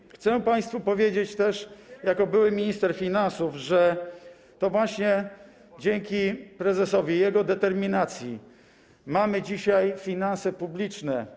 I chcę państwu powiedzieć też jako były minister finansów, że to właśnie dzięki prezesowi i jego determinacji mamy dzisiaj finanse publiczne.